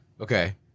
Okay